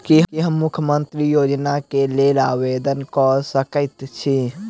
की हम मुख्यमंत्री योजना केँ लेल आवेदन कऽ सकैत छी?